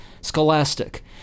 Scholastic